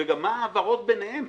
וגם מה ההעברות ביניהם.